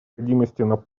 необходимости